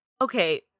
Okay